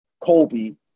Colby